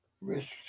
risks